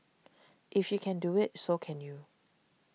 if she can do it so can you